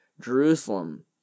Jerusalem